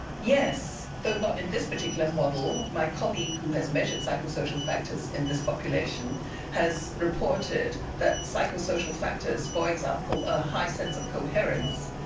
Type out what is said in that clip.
yes, though not in this particular model, my colleague who has measured psychosocial factors in this population has reported that psychosocial factors for example a high sense of coherence.